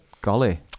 Golly